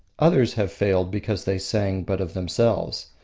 others have failed because they sang but of themselves.